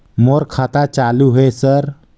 मोर खाता चालु हे सर?